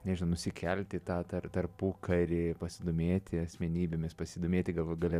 nežinau nusikelt į tą tar tarpukarį pasidomėti asmenybėmis pasidomėti galų gale